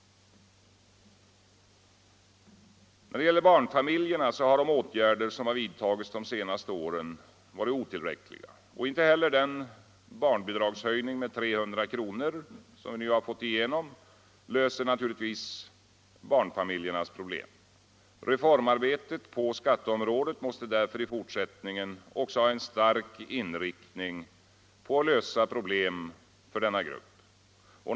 För barnfamiljerna har de åtgärder som vidtagits de senaste åren varit otillräckliga. Inte heller den barnbidragshöjning med 300 kr. som vi nu fått igenom löser naturligtvis barnfamiljernas problem. Reformarbetet på skatteområdet måste därför i fortsättningen också ha en stark inriktning på att lösa problemen för denna grupp.